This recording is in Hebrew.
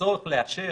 הצורך לאשר,